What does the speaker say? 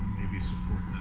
maybe support